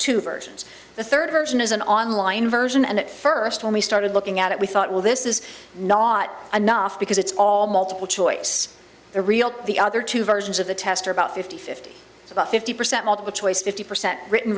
two versions the third version is an online version and at first when we started looking at it we thought well this is not enough because it's all multiple choice the real the other two versions of the test are about fifty fifty about fifty percent multiple choice fifty percent written